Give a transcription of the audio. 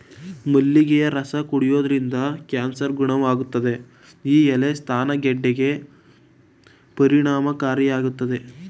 ಮಲ್ಲಿಗೆಯ ರಸ ಕುಡಿಯೋದ್ರಿಂದ ಕ್ಯಾನ್ಸರ್ ಗುಣವಾಗುತ್ತೆ ಈ ಎಲೆ ಸ್ತನ ಗೆಡ್ಡೆಗೆ ಪರಿಣಾಮಕಾರಿಯಾಗಯ್ತೆ